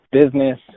business